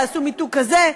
תעשו מיתוג כזה,